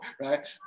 right